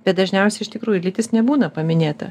bet dažniausiai iš tikrųjų lytis nebūna paminėta